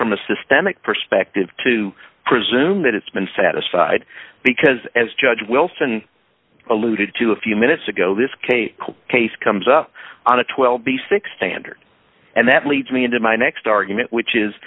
from a systemic perspective to presume that it's been satisfied because as judge wilson alluded to a few minutes ago this case case comes up on a twelve basic standard and that leads me into my next argument which is